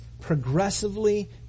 progressively